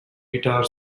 guitar